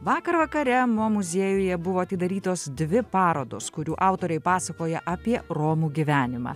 vakar vakare mo muziejuje buvo atidarytos dvi parodos kurių autoriai pasakoja apie romų gyvenimą